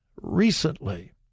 Recently